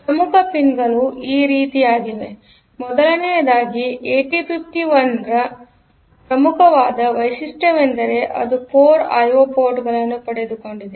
ಪ್ರಮುಖ ಪಿನ್ಗಳು ಈ ರೀತಿಯಾಗಿವೆ ಮೊದಲನೆಯದಾಗಿ 8051 ರ ಪ್ರಮುಖವಾದ ವೈಶಿಷ್ಟ್ಯವೆಂದರೆ ಅದು 4 ಐಒ ಪೋರ್ಟ್ಗಳನ್ನು ಪಡೆದುಕೊಂಡಿದೆ